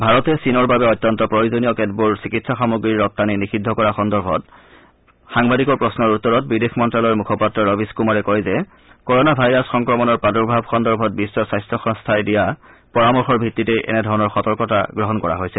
ভাৰতে চীনৰ বাবে অত্যন্ত প্ৰয়োজনীয় কেতবোৰ চিকিৎসা সামগ্ৰীৰ ৰপ্তানি নিযিদ্ধ কৰা সন্দৰ্ভত সাংবাদিকৰ প্ৰশ্নৰ উত্তৰত বিদেশ মন্ত্যালয়ৰ মুখপাত্ৰ ৰবীশ কুমাৰে কয় যে কৰনা ভাইৰাছ সংক্ৰমণৰ প্ৰাদুৰ্ভাৱ সন্দৰ্ভত বিশ্ব স্বাস্থ্য সংস্থই দিয়া পৰামৰ্শৰ ভিত্তিতেই এনেধৰণৰ সতৰ্কতা গ্ৰহণ কৰা হৈছে